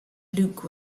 luke